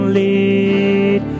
lead